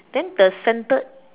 then the centered